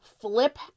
flip